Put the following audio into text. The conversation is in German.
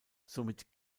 somit